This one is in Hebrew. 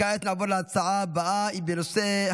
כעת נעבור להצעה לסדר-היום בנושא: